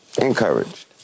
encouraged